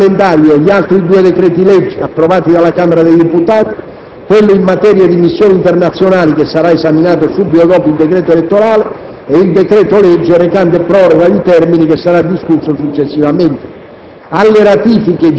Rimangono inoltre in calendario gli altri due decreti-legge approvati dalla Camera dei deputati: quello in materia di missioni internazionali, che sarà esaminato subito dopo il decreto elettorale, e il decreto-legge recante proroga di termini, che sarà discusso successivamente.